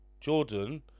Jordan